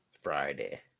Friday